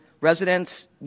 residents